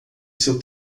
seu